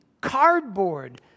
cardboard